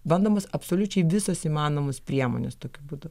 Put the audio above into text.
bandomos absoliučiai visos įmanomos priemonės tokiu būdu